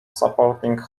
supporting